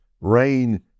rain